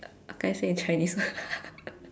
I can't say it in Chinese